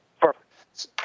Perfect